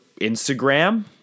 Instagram